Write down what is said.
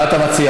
מה אתה מציע?